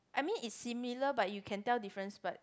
I mean it's similar but you can tell difference but